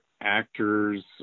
actors